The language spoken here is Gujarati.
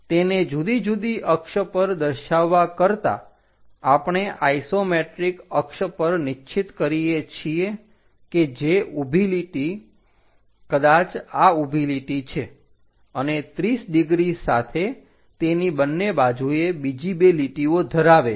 તેને જુદી જુદી અક્ષ પર દર્શાવવા કરતા આપણે આઇસોમેટ્રિક અક્ષ પર નિશ્ચિત કરીએ છીએ કે જે ઉભી લીટી કદાચ આ ઊભી લીટી છે અને 30 ડિગ્રી સાથે તેની બંને બાજુએ બીજી બે લીટીઓ ધરાવે છે